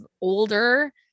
older